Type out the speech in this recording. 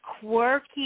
quirky